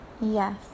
yes